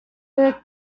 book